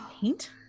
paint